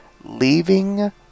Leaving